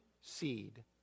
seed